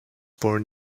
born